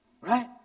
right